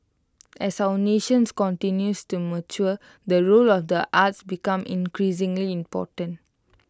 as our nations continues to mature the role of the arts becomes increasingly important